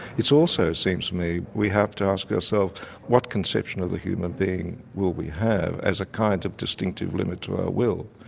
it also seems to me we have to ask ourselves what conception of the human being will we have as a kind of distinctive limit to our will